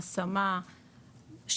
השמה,